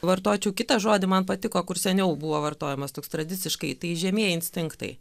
vartočiau kitą žodį man patiko kur seniau buvo vartojamas toks tradiciškai tai žemieji instinktai